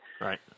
Right